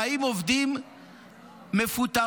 40 עובדים מפוטרים.